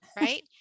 Right